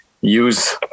use